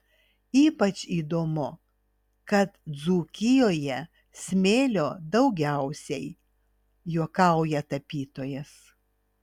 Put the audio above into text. ypač įdomu kad dzūkijoje smėlio daugiausiai juokauja tapytojas